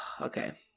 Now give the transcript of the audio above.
Okay